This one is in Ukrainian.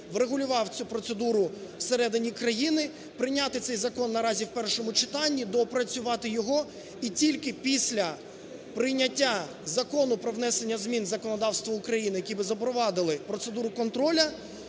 врегулював цю процедуру всередині країни, прийнятий цей закон наразі в першому читанні, доопрацювати його і тільки після прийняття Закону про внесення змін в законодавство України, які би запровадили процедуру контролю,